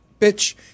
Bitch